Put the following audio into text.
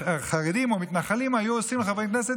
שחרדים או מתנחלים היו עושים לחברי כנסת